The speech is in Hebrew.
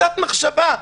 קצת מחשבה.